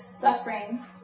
suffering